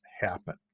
happen